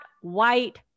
White